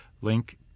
link